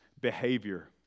behavior